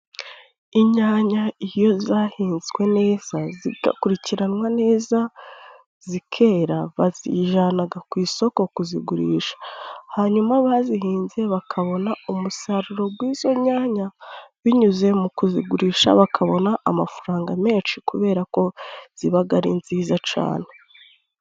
Inyanya iyo zahinzwe neza zigakurikiranwa neza zikera bazijanaga ku isoko kuzigurisha, hanyuma abazihinze bakabona umusaruro gw'izo nyanya binyuze mu kuzigurisha, bakabona amafaranga menshi kubera ko zibaga ari nziza cane.